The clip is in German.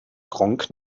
gronkh